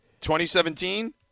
2017